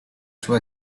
sua